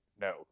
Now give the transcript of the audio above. no